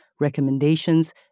recommendations